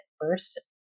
first